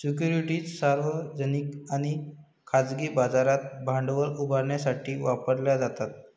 securities सार्वजनिक आणि खाजगी बाजारात भांडवल उभारण्यासाठी वापरल्या जातात